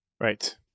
Right